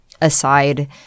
aside